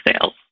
sales